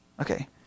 Okay